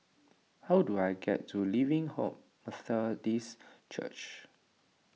how do I get to Living Hope Methodist Church